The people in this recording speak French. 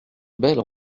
belle